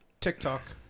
tiktok